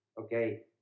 Okay